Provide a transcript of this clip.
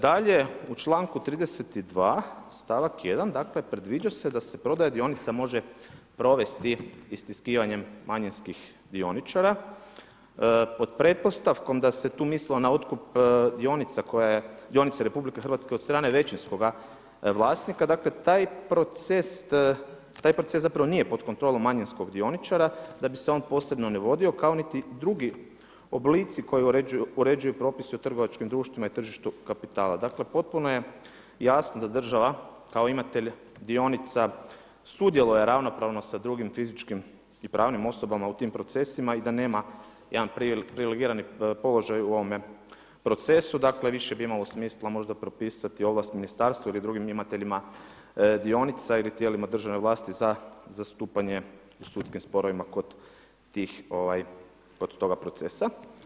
Dalje, u članku 32. stavak 1. predviđa se da se prodaja dionica može provesti istiskivanjem manjinskih dioničara pod pretpostavkom da se tu mislilo na otkup dionice RH od strane većinskoga vlasnika, dakle taj proces zapravo nije pod kontrolom manjinskog dioničara da bi se on posebno ni vodio, kao niti drugi oblici koji uređuju propisi o trgovačkim društvima i tržištu kapitala, dakle potpuno je jasno da država kao imatelj dionica sudjeluje ravnopravno sa drugim fizičkim i pravnim osobama u tim procesima i da nema jedan privilegirani položaj u ovome procesu, dakle više bi imalo smisla možda propisati ovlast ministarstva ili drugim imateljima dionica ili tijelima državne vlasti za zastupanje sudskim sporovima kod tih, kod toga procesa.